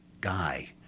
guy